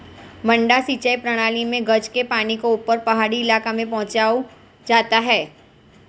मडडा सिंचाई प्रणाली मे गज के पानी को ऊपर पहाड़ी इलाके में पहुंचाया जाता है